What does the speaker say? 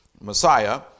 Messiah